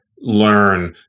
learn